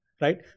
right